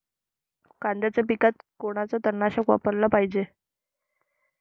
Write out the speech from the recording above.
कांद्याच्या पिकात कोनचं तननाशक वापराले पायजे?